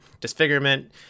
disfigurement